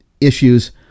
issues